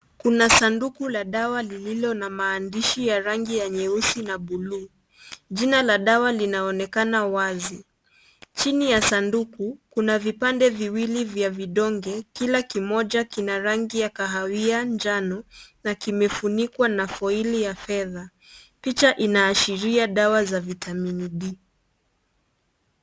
Kuna sanduku la dawa lililo na maandishi ya rangi ya nyeusi na buluu. Jina la dawa linaonekana wazi. Chini ya sanduku, kuna vipande viwili vya vidonge, kila kimoja kina rangi ya kahawia njano na kimefunikwa na foili ya fedha. Picha inaashiria dawa za (cs)vitamini D(cs).